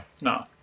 No